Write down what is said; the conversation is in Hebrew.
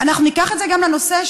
אנחנו ניקח את זה גם לנושא,